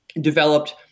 developed